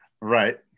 Right